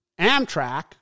Amtrak